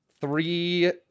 Three